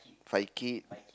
five kid